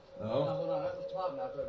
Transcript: No